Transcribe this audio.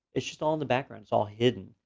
it's just all in the background, it's all hidden.